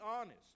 honest